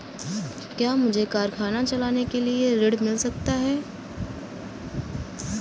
क्या मुझे कारखाना चलाने के लिए ऋण मिल सकता है?